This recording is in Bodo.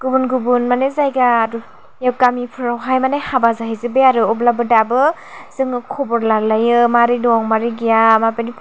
गुबुन गुबुन माने जायगा माने गामिफोरावहाय हाबा जाहैजोबबाय आरो अब्लाबो दाबो जोङो खबर लालायो माबोरै दं माबोरै गैया माबायदि